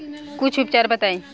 कुछ उपचार बताई?